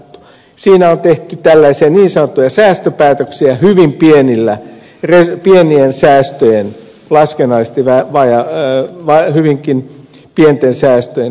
siinä on tehty tällaisia niin sanottuja säästöpäätöksiä kuin pienillä terästettyjen säästöjen laskennaistyvää vaan hän ei laskennallisesti hyvinkin pienten säästöjen saavuttamiseksi